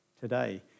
today